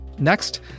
Next